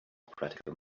practical